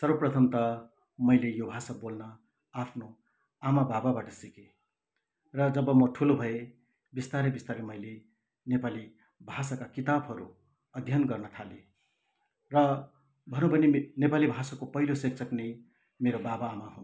सर्वप्रथम त मैले यो भाषा बोल्न आफ्नो आमा बाबाबाट सिकेँ र जब म ठुलो भएँ बिस्तारै बिस्तारै मैले नेपाली भाषाका किताबहरू अध्ययन गर्न थालेँ र भनुँ भने नेपाली भाषाको पहिलो शिक्षक नै मेरो बाबा आमा हुन्